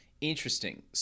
Interesting